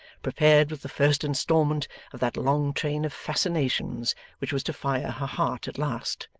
prepared with the first instalment of that long train of fascinations which was to fire her heart at last.